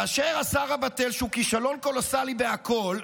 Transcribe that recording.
כאשר השר הבטל, שהוא כישלון קולוסאלי בכול,